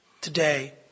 today